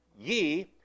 ye